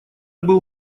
был